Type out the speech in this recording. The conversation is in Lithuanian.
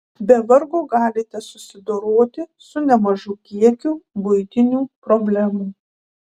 be vargo galite susidoroti su nemažu kiekiu buitinių problemų